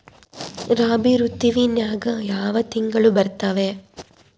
ರಾಬಿ ಋತುವಿನ್ಯಾಗ ಯಾವ ತಿಂಗಳು ಬರ್ತಾವೆ?